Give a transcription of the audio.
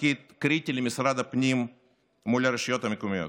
תפקיד קריטי למשרד הפנים מול הרשויות המקומיות.